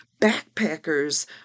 backpackers